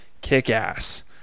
kick-ass